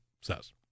says